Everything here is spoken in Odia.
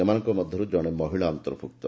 ସେମାନଙ୍କ ମଧ୍ଧରେ ଜଣେ ମହିଳା ଅନ୍ତର୍ଭ୍ରକ୍ତ